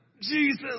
Jesus